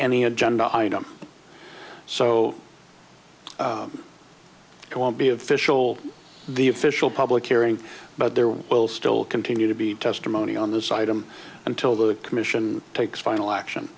any agenda item so it won't be official the official public hearing but there will still continue to be testimony on this item until the commission takes final action